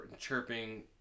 chirping